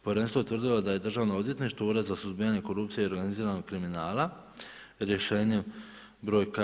Povjerenstvo je utvrdilo da je državno odvjetništvo, ured za suzbijanje korupcije i organiziranog kriminala rješenjem br.